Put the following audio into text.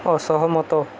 ଅସହମତ